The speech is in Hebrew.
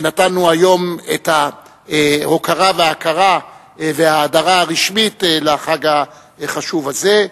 ונתנו היום את ההוקרה וההכרה וההאדרה הרשמית לחג החשוב הזה,